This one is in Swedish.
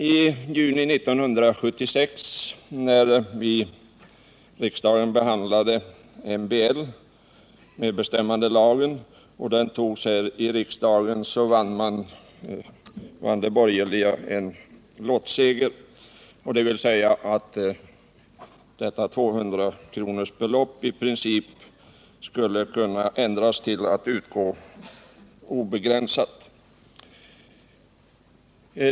I juni 1976 när riksdagen behandlade MBL - medbestämmandelagen — och den togs här, vann de borgerliga en lottseger. Det innebar att 200 kronorsregeln skulle kunna ändras så att skadestånd i princip kunde utgå med obegränsat belopp.